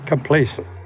complacent